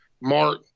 Mark